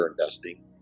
investing